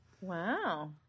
Wow